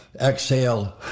exhale